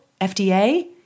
FDA